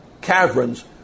caverns